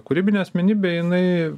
kūrybinė asmenybė jinai